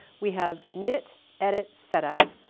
we have knit, edit, setup.